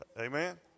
Amen